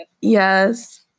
Yes